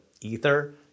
ether